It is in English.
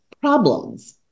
problems